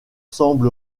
semble